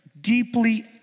deeply